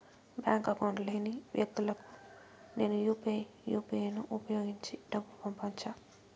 Bank account లేని వ్యక్తులకు నేను యు పి ఐ యు.పి.ఐ ను ఉపయోగించి డబ్బు పంపొచ్చా?